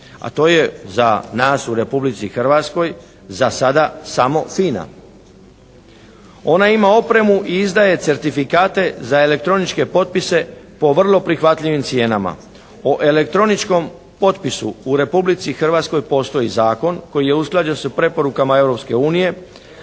a to je za nas u Republici Hrvatskoj za sada samo FINA. Ona ima opremu i izdaje certifikate za elektroničke potpise po vrlo prihvatljivim cijenama. O elektroničkom potpisu u Republici Hrvatskoj postoji zakon koji je usklađen sa preporukama